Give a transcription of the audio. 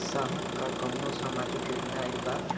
साहब का कौनो सामाजिक योजना आईल बा?